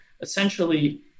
essentially